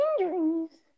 injuries